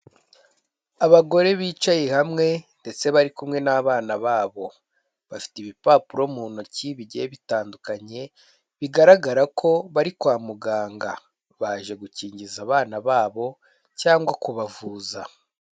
Abagore bicaye hamwe ndetse bari kumwe n'abana babo, bafite ibipapuro mu ntoki bigiye bitandukanye, bigaragara ko bari kwa muganga, baje gukingiza abana babo cyangwa kubavuza.